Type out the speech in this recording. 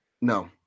No